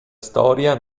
storia